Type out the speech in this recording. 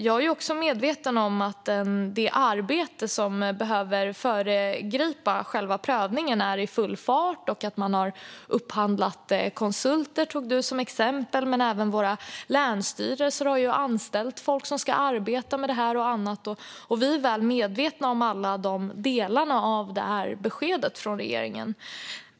Jag är också medveten om att det arbete som behöver föregå själva prövningen är i full fart. Joakim Järrebring exemplifierade med att man har upphandlat konsulter. Även våra länsstyrelser har anställt folk som ska arbeta med dessa frågor. Vi är väl medvetna om alla delar av beskedet från regeringen.